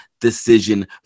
decision